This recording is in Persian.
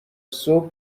صبح